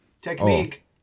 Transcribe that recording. technique